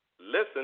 listen